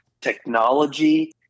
technology